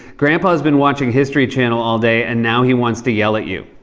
grandpa has been watching history channel all day and now he wants to yell at you.